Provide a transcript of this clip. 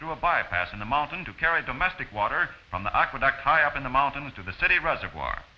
through a bypass in the mountain to carry domestic water from the aqueduct high up in the mountains to the city reservoir